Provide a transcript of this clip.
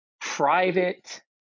private